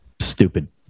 stupid